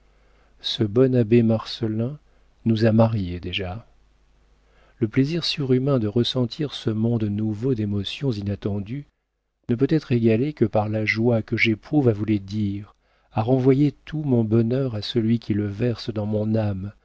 ce bon abbé marcellin nous a mariés déjà le plaisir surhumain de ressentir ce monde nouveau d'émotions inattendues ne peut être égalé que par la joie que j'éprouve à vous les dire à renvoyer tout mon bonheur à celui qui le verse dans mon âme